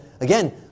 again